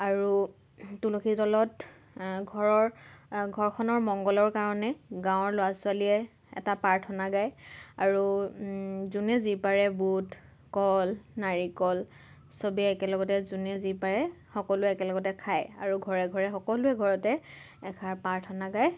আৰু তুলসীৰ তলত ঘৰৰ ঘৰখনৰ মংগলৰ কাৰণে গাঁৱৰ ল'ৰা ছোৱালীয়ে এটা প্ৰাৰ্থনা গায় আৰু যোনে যি পাৰে বুট কল নাৰিকল চবেই একেলগতে যোনে যি পাৰে সকলোৱে একেলগতে খায় আৰু ঘৰে ঘৰে সকলোৰে ঘৰতে এষাৰ প্ৰাৰ্থনা গায়